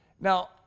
Now